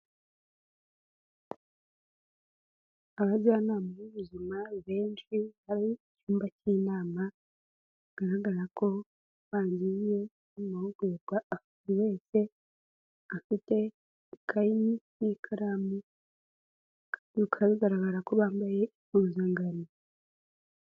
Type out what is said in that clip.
Abajyanama b'ubuzima benshi bari mu cyumba cy'inama bigaragara ko bagiye mu mahugurwa abo buri wese afite ikayi n'ikaramu bikaba bigaragara ko bambaye impuzankano.